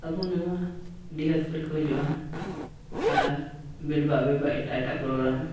ᱟᱵᱚ ᱱᱚᱣᱟ ᱰᱤᱦᱟᱹᱛ ᱠᱚᱨᱮ ᱠᱚ ᱦᱤᱡᱩᱜᱼᱟ ᱟᱨ ᱵᱮᱲᱵᱟᱜ ᱵᱮᱲᱵᱟᱜ ᱮᱴᱟᱜ ᱮᱴᱟᱜ ᱠᱚ ᱨᱚᱲᱟ